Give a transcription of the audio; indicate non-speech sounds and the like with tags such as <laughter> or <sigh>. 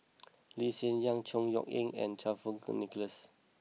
<noise> Lee Hsien Yang Chor Yeok Eng and Fang Kuo Wei Nicholas